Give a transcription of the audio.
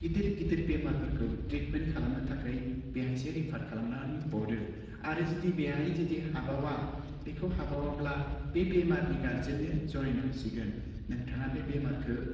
गिदिर गिदिर बेमारफोरखौ ट्रिटमेन्ट खालामनो थाखाय बेहायसो रेफार खालामनानै हरो आरो जुदि बेहाय जुदि हाबावा बेखौ हाबावाब्ला बे बेमारनि गारजेन्नो जनायना होसिगोन नोंथाङा बे बेमारखौ